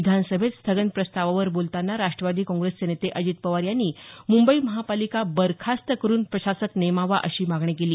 विधानसभेत स्थगन प्रस्तावावर बोलतांना राष्ट्रवादी काँग्रेसचे नेते अजित पवार यांनी मुंबई महापालिका बरखास्त करून प्रशासक नेमावा अशी मागणी केली